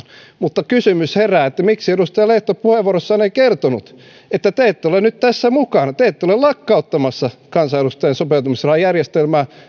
mutta kysymys herää miksi edustaja lehto puheenvuorossaan ei kertonut että te ette ole nyt tässä mukana te ette ole lakkauttamassa kansanedustajien sopeutumisrahajärjestelmää